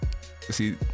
see